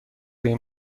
این